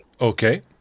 Okay